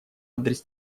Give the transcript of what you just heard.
адрес